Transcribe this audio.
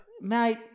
Mate